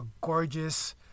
gorgeous